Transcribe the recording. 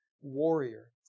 warrior